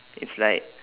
it's like